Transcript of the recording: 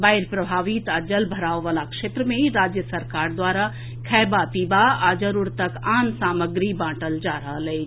बाढ़ि प्रभावित आ जल भराव वाला क्षेत्र मे राज्य सरकार द्वारा खएबा पीबा आ जरूरतक आन सामग्री बांटल जा रहल अछि